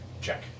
check